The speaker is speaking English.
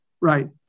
Right